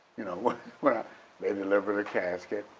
you know. but but they delivered the casket,